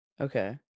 Okay